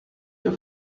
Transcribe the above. ihr